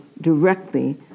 directly